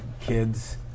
kids